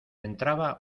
entraba